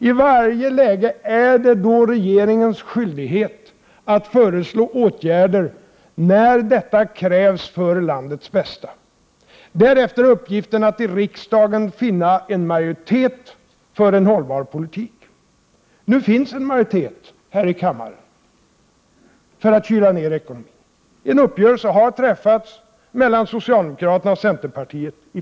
I varje läge är det regeringens skyldighet att föreslå åtgärder när detta krävs för landets bästa. Därefter är uppgiften att i riksdagen finna en majoritet för en hållbar politik. Nu finns en majoritet här i kammaren för att kyla ned ekonomin. En uppgörelse har träffats i finansutskottet mellan socialdemokraterna och centerpartiet.